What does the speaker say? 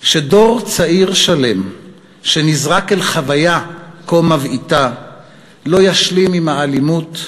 שדור צעיר שלם שנזרק אל חוויה כה מבעיתה לא ישלים עם האלימות,